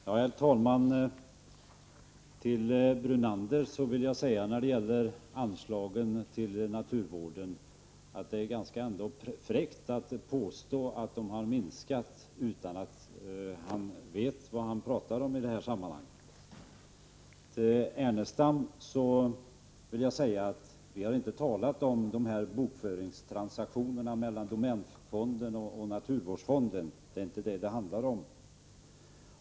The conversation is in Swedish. Herr talman! Till Lennart Brunander vill jag beträffande anslag till naturvården säga: Det är ganska fräckt att utan att veta vad man talar om påstå att vi har minskat anslagen. Till Lars Ernestam vill jag säga: Jag har inte talat om bokföringstransaktionerna mellan domänfonden och naturvårdsfonden — det är inte detta som det handlar om.